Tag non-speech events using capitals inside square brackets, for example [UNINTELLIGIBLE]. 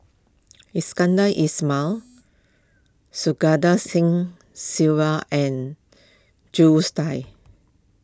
Iskandar [NOISE] Ismail Santokh Singh Grewal and Jules [UNINTELLIGIBLE]